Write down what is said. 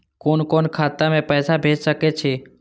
कुन कोण खाता में पैसा भेज सके छी?